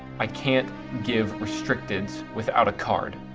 i can't give restricteds without a card.